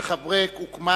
ששיח'-אברק הוקמה